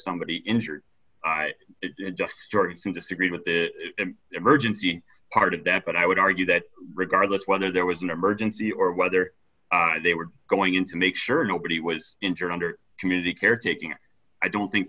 somebody injured it just started to disagree with the emergency part of that but i would argue that regardless whether there was an emergency or whether they were going in to make sure nobody was injured under community care taking it i don't think